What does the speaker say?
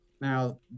Now